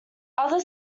other